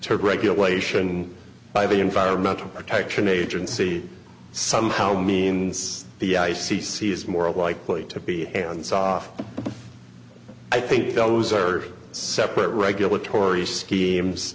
to regulation by the environmental protection agency somehow means the i c c is more likely to be hands off i think those are separate regulatory schemes